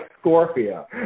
Scorpio